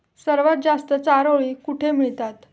सर्वात जास्त चारोळी कुठे मिळतात?